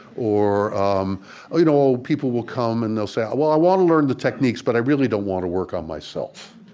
or um or you know people will come and they'll say, well, i want to learn the techniques, but i really don't want to work on myself.